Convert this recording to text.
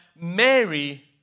Mary